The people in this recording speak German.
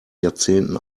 jahrzehnten